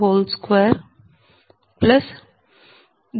02 0